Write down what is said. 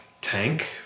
Tank